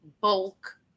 bulk